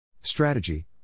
Strategy